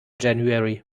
january